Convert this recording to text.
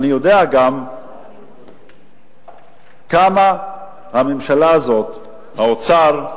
אני יודע גם כמה הממשלה הזאת, האוצר,